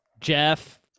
Jeff